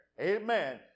Amen